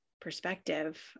perspective